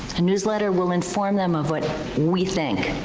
a newsletter will inform them of what we think.